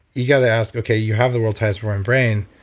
you got to ask, okay, you have the world's highest performing brain,